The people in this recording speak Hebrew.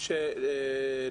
ועכשיו אנחנו רואים למה.